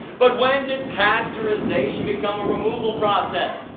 but when did pasteurization become a removal process?